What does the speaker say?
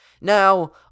Now